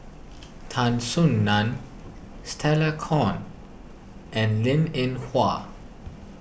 Tan Soo Nan Stella Kon and Linn in Hua